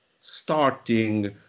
starting